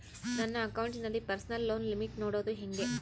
ನನ್ನ ಅಕೌಂಟಿನಲ್ಲಿ personal loan limit ನೋಡದು ಹೆಂಗೆ?